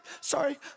Sorry